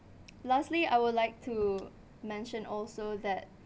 lastly I would like to mention also that